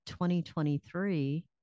2023